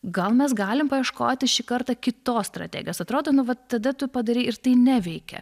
gal mes galim paieškoti šį kartą kitos strategijos atrodo nu vat tada tu padarei ir tai neveikia